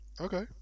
Okay